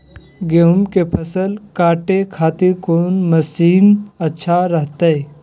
गेहूं के फसल काटे खातिर कौन मसीन अच्छा रहतय?